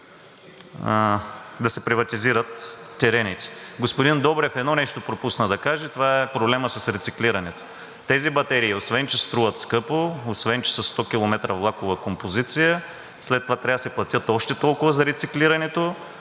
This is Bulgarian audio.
да се приватизират терените. Господин Добрев пропусна да каже едно нещо. Това е проблемът с рециклирането. Тези батерии, освен че струват скъпо, освен че са 100 км влакова композиция, след това трябва да се платят още толкова за рециклирането.